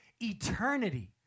eternity